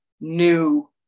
new